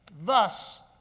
Thus